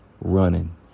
running